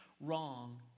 wrong